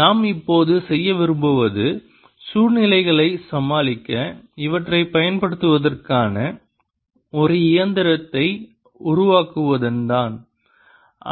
நாம் இப்போது செய்ய விரும்புவது சூழ்நிலைகளைச் சமாளிக்க இவற்றைப் பயன்படுத்துவதற்கான ஒரு இயந்திரத்தை உருவாக்குவதுதான்